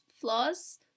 flaws